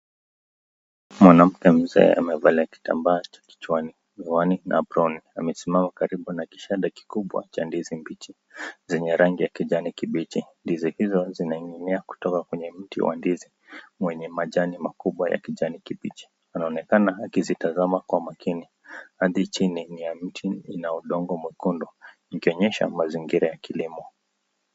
Mwanamke mzee amevalia kitambaa kichwani, miwani na aproni. Amesimama karibu na kishada kikubwa cha ndizi kubwa zenye rangi ya kijani kibichi. Ndizi hizo zimening'inia kutoka kwenye mti wa ndizi wenye majani makubwa ya kijani kibichi. Anaonekana akizitazama kwa makini. Ardhi chini ya mti ina udongo mwekundu ikionyesha mazingira ya kilimo.